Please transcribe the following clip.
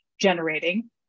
generating